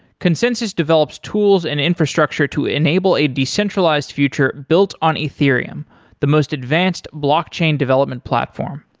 consensys develops tools and infrastructure to enable a decentralized future built on ethereum the most advanced blockchain development platform.